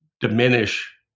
diminish